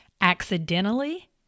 accidentally